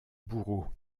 bourreau